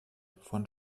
von